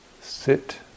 sit